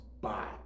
bye